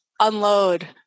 unload